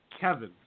Kevin